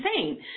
insane